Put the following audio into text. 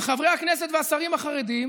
וחברי הכנסת והשרים החרדים